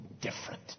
different